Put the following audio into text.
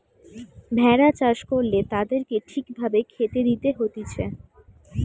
ভেড়া চাষ করলে তাদেরকে ঠিক ভাবে খেতে দিতে হতিছে